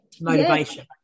motivation